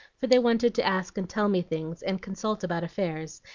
for they wanted to ask and tell me things, and consult about affairs,